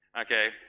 Okay